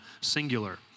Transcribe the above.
singular